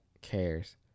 cares